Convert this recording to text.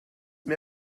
mir